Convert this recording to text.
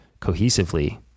cohesively